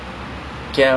but I'm shook